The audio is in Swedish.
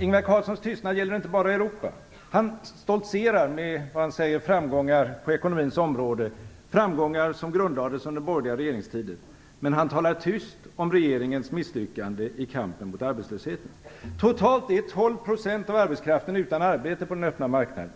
Ingvar Carlssons tystnad gäller inte bara Europa. Han stoltserar med, som han säger, framgångar på ekonomins område - framgångar som grundlades under den borgerliga regeringstiden. Men han talar tyst om regeringens misslyckande i kampen mot arbetslösheten. Totalt är 12 % av arbetskraften utan arbete på den öppna marknaden.